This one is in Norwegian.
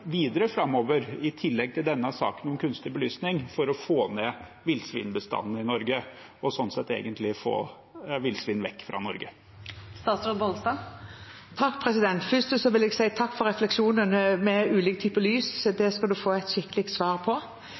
videre framover – i tillegg til denne saken om kunstig belysning – for å få ned villsvinbestanden i Norge og egentlig få villsvin vekk fra Norge? Først vil jeg si takk for refleksjonen rundt ulike typer lys. Det skal du få et skikkelig svar på.